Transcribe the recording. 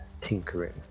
tinkering